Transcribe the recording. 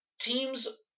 Teams